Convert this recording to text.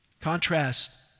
Contrast